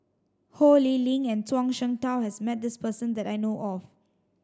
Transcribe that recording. Ho Lee Ling and Zhuang Shengtao has met this person that I know of